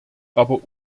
aber